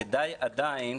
כדאי עדיין